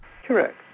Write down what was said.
Correct